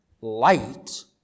light